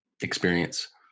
experience